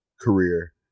career